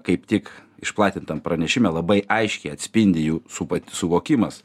kaip tik išplatintam pranešime labai aiškiai atspindi jų supa suvokimas